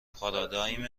فعلی